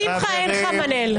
לשמחה אין חנמאל.